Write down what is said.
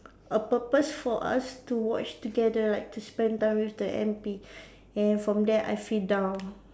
a purpose for us to watch together like to spend time with the M_P and from there I feel down